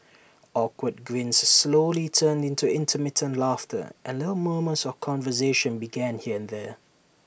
awkward grins slowly turned into intermittent laughter and little murmurs of conversation began here and there